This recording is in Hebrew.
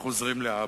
איך עוזרים לאבא?